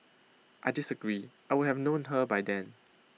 I disagree I would have known her by then